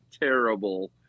terrible